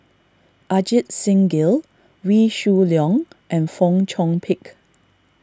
Ajit Singh Gill Wee Shoo Leong and Fong Chong Pik